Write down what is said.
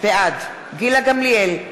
בעד גילה גמליאל,